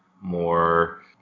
more